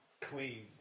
clean